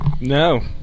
No